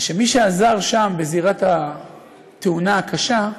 זה שמי שעזר שם, בזירת התאונה הקשה,